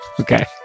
Okay